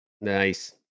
nice